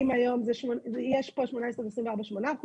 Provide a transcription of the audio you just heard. יש פה 18 עד 24 - 8%.